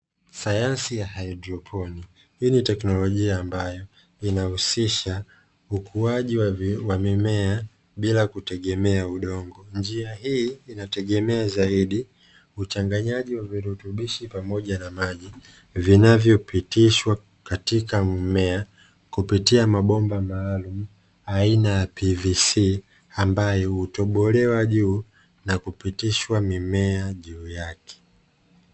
Sayansi ya haedroponi, hii ni teknolojia ambayo inahusisha ukuaji wa mimea bila kutegemea udongo, njia hii inategemea zaidi uchanganyaji wa virutubishi pamoja na maji vinavyopitishwa katika mmea kupitia mabomba maalumu aina ya "PVC" ambayo hutobolewa juu na kupitishwa mimea juu yake.